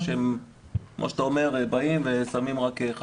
אנחנו מקיימים ישיבה נוספת בעניין החשוב.